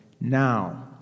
Now